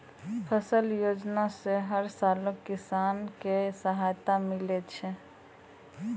फसल योजना सॅ हर साल लाखों किसान कॅ सहायता मिलै छै